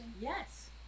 Yes